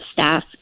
staff